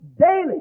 daily